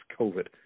COVID